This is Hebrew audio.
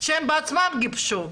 שהם בעצמם גיבשו.